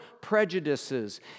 prejudices